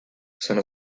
sono